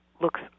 looks